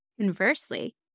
Conversely